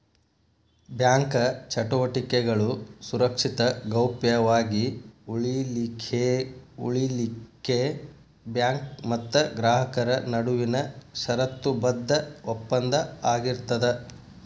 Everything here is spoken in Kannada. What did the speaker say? ಬ್ಯಾಂಕ ಚಟುವಟಿಕೆಗಳು ಸುರಕ್ಷಿತ ಗೌಪ್ಯ ವಾಗಿ ಉಳಿಲಿಖೆಉಳಿಲಿಕ್ಕೆ ಬ್ಯಾಂಕ್ ಮತ್ತ ಗ್ರಾಹಕರ ನಡುವಿನ ಷರತ್ತುಬದ್ಧ ಒಪ್ಪಂದ ಆಗಿರ್ತದ